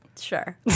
sure